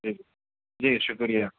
ٹھیک ہے جی شکریہ